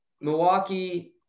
Milwaukee –